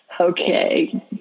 Okay